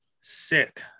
sick